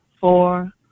four